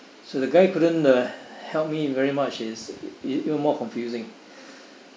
so the guy couldn't uh help me very much is it more confusing